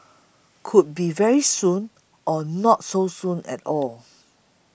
could be very soon or not so soon at all